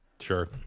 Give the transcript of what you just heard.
Sure